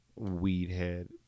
weedhead